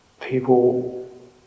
people